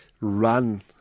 run